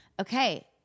okay